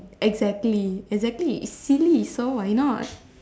exactly exactly it's silly so why not